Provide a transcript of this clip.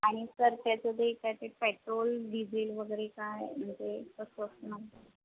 आणि सर त्याचं ते काय ते पेट्रोल डिझिल वगैरे काय म्हणजे कसं असणार